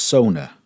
Sona